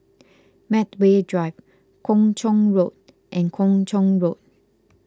Medway Drive Kung Chong Road and Kung Chong Road